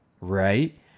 right